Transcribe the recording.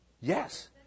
Yes